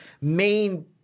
main